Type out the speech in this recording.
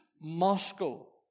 Moscow